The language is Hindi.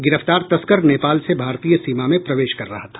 गिरफ्तार तस्कर नेपाल से भारतीय सीमा में प्रवेश कर रहा था